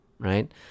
right